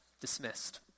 dismissed